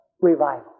Revival